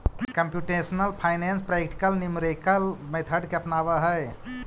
computational finance practical numerical method के अपनावऽ हई